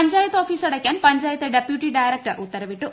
panchayat office അടയ്ക്കാൻ panchayat deputy director ഉത്തരവിട്ടു